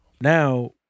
Now